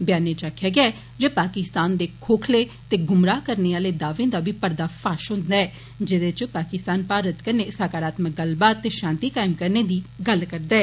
ब्यानै च आक्खेआ गेआ ऐ जे पाकिस्तान दे खोखले ते गुमराह करने आले दावें दा बी पर्दा फाश हुन्दा ऐ जेदे च पाकिस्तान भारत कन्नै सकारात्मक गल्लबात ते शांति कायम करदे दा गल्ल करदा ऐ